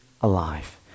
alive